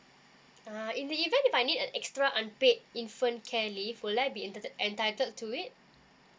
uh in the event if I need an extra unpaid infant care leave would I be entitle entitled to it